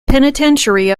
penitentiary